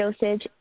dosage